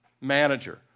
Manager